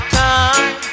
time